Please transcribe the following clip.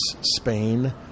Spain